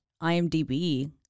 IMDb